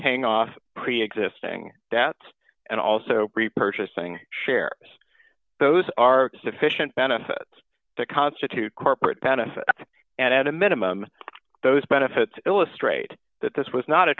paying off preexisting debts and also repurchasing share those are sufficient benefits that constitute corporate benefit at a minimum those benefits illustrate that this was not a